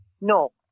No